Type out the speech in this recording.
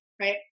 right